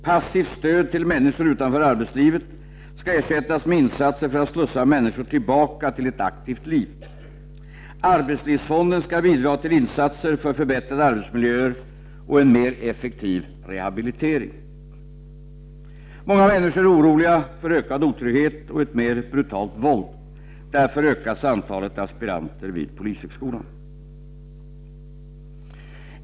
Passivt stöd till människor utanför arbetslivet skall ersättas med insatser för att slussa människor tilbaka till ett aktivt liv. Arbetslivsfonden skall bidra till insatser för förbättrade arbetsmiljöer och en mer effektiv rehabilitering. o Många människor är oroliga för ökad otrygghet och ett mer brutalt våld. Därför ökas antalet aspiranter vid polishögskolan.